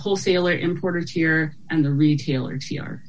wholesaler importers here and the retailers here